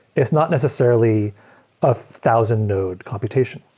it's not necessarily a thousand node computation.